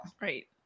Right